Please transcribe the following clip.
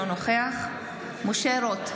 אינו נוכח משה רוט,